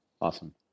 Awesome